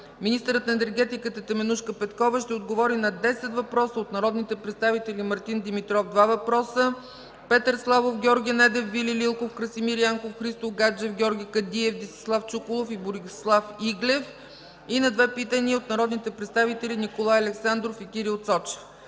Министърът на енергетиката Теменужка Петкова ще отговори на 10 въпроса от народните представители Мартин Димитров – 2 въпроса, Петър Славов, Георги Недев, Вили Лилков, Красимир Янков, Христо Гаджев, Георги Кадиев, Десислав Чуколов, и Борислав Иглев и на 2 питания от народните представители Николай Александров, и Кирил Цочев.